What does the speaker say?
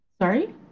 sorry